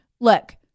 Look